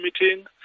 meeting